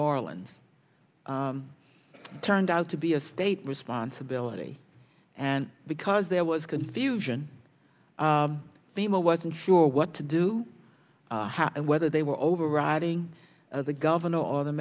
orleans turned out to be a state responsibility and because there was confusion fema wasn't sure what to do and whether they were overriding the governor or the